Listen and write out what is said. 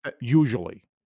usually